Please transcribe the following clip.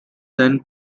then